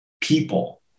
people